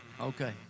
Okay